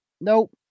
Nope